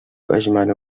أجمل